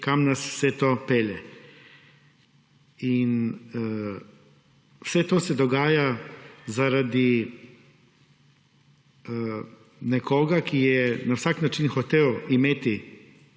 kam nas vse to pelje. In vse to se dogaja zaradi nekoga, ki je na vsak način hotel imeti